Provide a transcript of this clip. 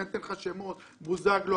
למשל בוזגלו,